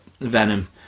Venom